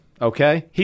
okay